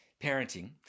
parenting